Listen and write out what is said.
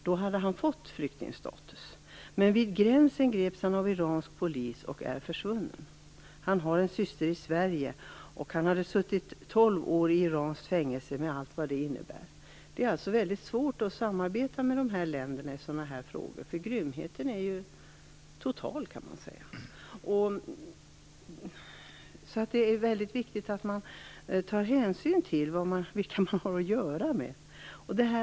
Han hade fått flyktingstatus, men vid gränsen greps han av iransk polis och är sedan dess försvunnen. Han har en syster i Sverige. Han har suttit tolv år i iranskt fängelse, med allt vad det innebär. Det är alltså väldigt svårt att samarbeta med dessa länder i sådana här frågor. Grymheten är total, kan man säga. Det är väldigt viktigt att man tar hänsyn till vilka man har att göra med.